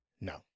No